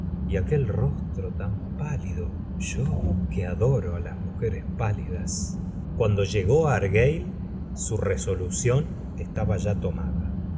preciosisimos y aquel rostro tan pálido yo que adoro las mujeres pálidas cuando llegó á argueil su resolución estaba ya tomada